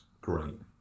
great